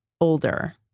older